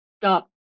stop